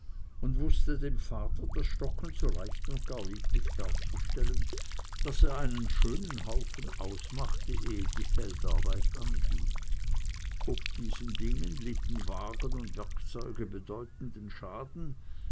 und wußte dem vater das stöcken so leicht und lieblich darzustellen daß er einen schönen haufen ausmachte ehe die feldarbeit anging ob diesen dingen litten wagen und werkzeug bedeutenden schaden